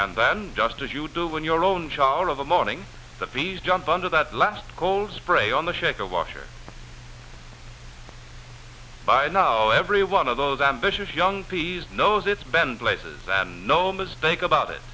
and then just as you do when your own child of a morning the freeze jump under that last call spray on the shaker washer by now every one of those ambitious young peas knows it's been places and no mistake about it